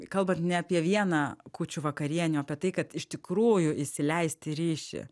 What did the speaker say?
kalbant ne apie vieną kūčių vakarienę o apie tai kad iš tikrųjų įsileisti ryšį